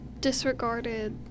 disregarded